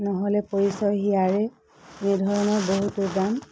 নহ'লে পৰিচয় হিয়াৰে এনে ধৰণৰ বহুতো গান